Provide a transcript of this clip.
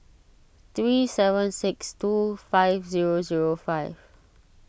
three seven six two five zero zero five